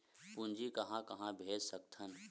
पूंजी कहां कहा भेज सकथन?